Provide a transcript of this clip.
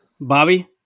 Bobby